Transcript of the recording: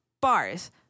bars